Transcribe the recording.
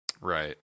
right